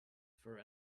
for